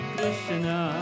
Krishna